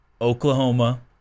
Oklahoma